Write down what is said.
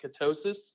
ketosis